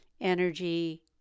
energy